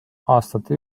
aastate